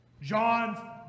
John